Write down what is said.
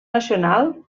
nacional